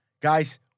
guys